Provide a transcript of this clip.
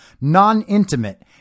non-intimate